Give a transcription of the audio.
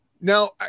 Now